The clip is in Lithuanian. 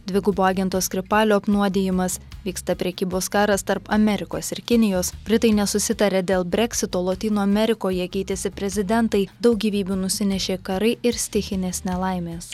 dvigubo agento skripalio apnuodijimas vyksta prekybos karas tarp amerikos ir kinijos britai nesusitaria dėl breksito lotynų amerikoje keitėsi prezidentai daug gyvybių nusinešė karai ir stichinės nelaimės